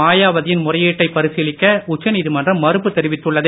மாயாவதியின் முறையீட்டைப் பரிசீலிக்க உச்சநீதிமன்றம் மறுப்பு தெரிவித்துள்ளது